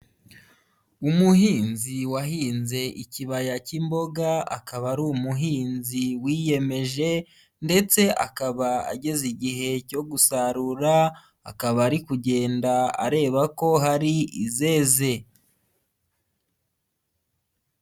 Umuhinzi wahinze ikibaya cy'imboga akaba ari umuhinzi wiyemeje ndetse akaba ageze igihe cyo gusarura akaba ari kugenda areba ko hari zeze.